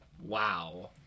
Wow